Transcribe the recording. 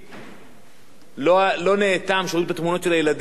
לא נאטם כשמראים את התמונות של הילדים עוברים לארץ אחרת.